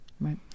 Right